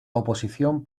oposición